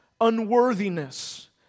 unworthiness